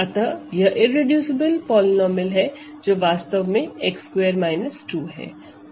अतः यह irreducible polynomial है जो वास्तव में x2 2 है